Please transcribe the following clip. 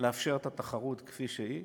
לאפשר את התחרות כפי שהיא.